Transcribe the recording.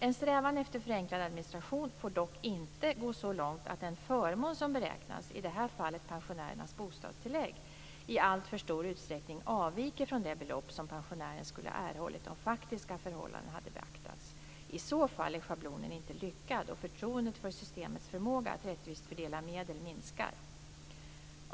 En strävan efter förenklad administration får dock inte gå så långt att den förmån som beräknas, i detta fall pensionärernas bostadstillägg, i alltför stor utsträckning avviker från det belopp som pensionären skulle ha erhållit om faktiska förhållanden hade beaktats. I så fall är schablonen inte lyckad, och förtroendet för systemets förmåga att rättvist fördela medel minskar.